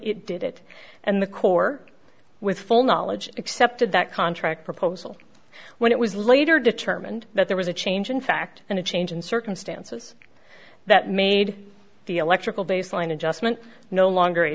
it did it and the court with full knowledge accepted that contract proposal when it was later determined that there was a change in fact and a change in circumstances that made the electrical baseline adjustment no longer a